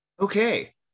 Okay